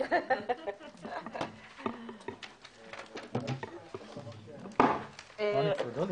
בשעה 15:56.